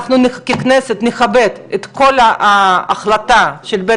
אנחנו ככנסת נכבד כל החלטה של בית